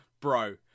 bro